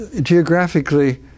geographically